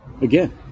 Again